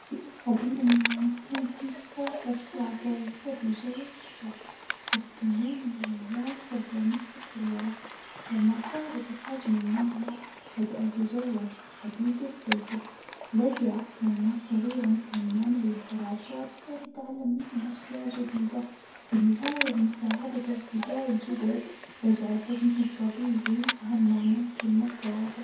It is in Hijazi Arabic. في أحد الأيام كان في ساحر شاطر يحب يجرب سحره، بس في يوم من الأيام صغر نفسه بالغلط، لما صار بحجم النملة بدأ يتجول في حديجة بيته، لجى كائنات صغيرة مثل النمل والفراشات صار يتعلم منهم أشياء جديدة، في النهاية بمساعدة أصدجائه الجدد رجع لحجمه الطبيعي وفهم معني كلمة تواضع.